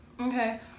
okay